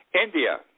India